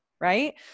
Right